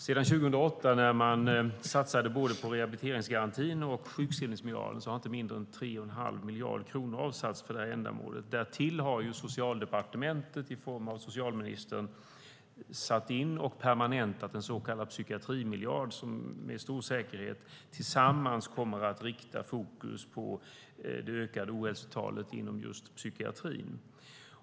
Sedan 2008 när man satsade både på rehabiliteringsgarantin och på sjukskrivningsmiljarden har inte mindre än 3 1⁄2 miljard kronor avsatts för detta ändamål. Därtill har Socialdepartementet i form av socialministern satt in och permanentat en så kallad psykiatrimiljard. Dessa saker tillsammans kommer med stor säkerhet att rikta fokus på det ökade ohälsotalet inom just psykiatrin.